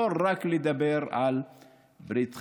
לא רק לדבר על ברית חיים,